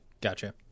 Gotcha